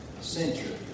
century